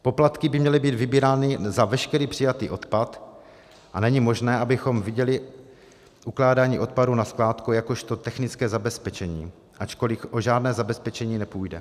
Poplatky by měly být vybírány za veškerý přijatý odpad a není možné, abychom viděli ukládání odpadů na skládku jakožto technické zabezpečení, ačkoliv o žádné zabezpečení nepůjde.